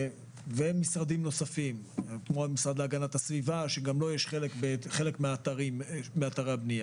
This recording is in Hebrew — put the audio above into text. ומשרדים נוספים כמו המשרד להגנת הסביבה שגם לו יש חלק באתרי הבנייה.